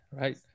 right